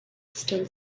still